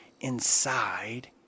inside